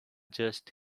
just